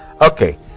okay